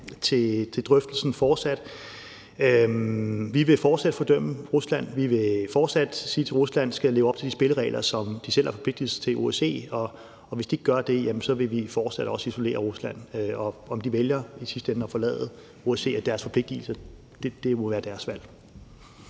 til drøftelsen. Vi vil fortsat fordømme Rusland, vi vil fortsat sige til Rusland, at de skal leve op til de spilleregler, som de selv har forpligtiget sig til i OSCE, og hvis de ikke gør det, vil vi fortsat også isolere Rusland, og om de vælger i sidste ende at forlade OSCE og deres forpligtigelser, må være deres valg.